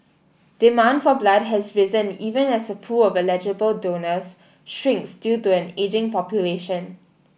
demand for blood has risen even as the pool of eligible donors shrinks due to an ageing population